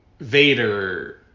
Vader